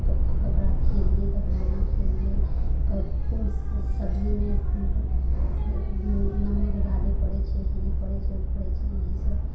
कब ककरा खियेलियै ककरा ना खियेलियै कब कोन सब सब्जीमे फिर भी नमक जादे पड़य छै हीँग पड़य छै उ पड़य छै ईसब